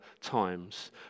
times